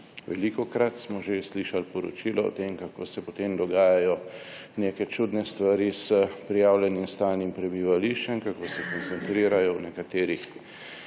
Velikokrat smo že slišali poročila o tem, kako se potem dogajajo neke čudne stvari s prijavljenim stalnim prebivališčem, kako se koncentrirajo v nekaterih